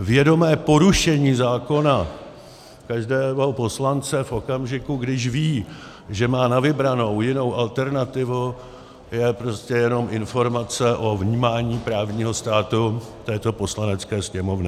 Vědomé porušení zákona každého poslance v okamžiku, když ví, že má na vybranou jinou alternativu, je prostě jenom informace o vnímání právního státu této Poslanecké sněmovny.